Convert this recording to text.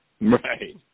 right